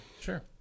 Sure